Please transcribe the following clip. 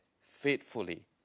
faithfully